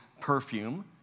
perfume